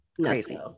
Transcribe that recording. crazy